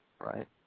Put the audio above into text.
right